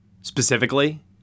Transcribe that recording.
specifically